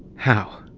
how?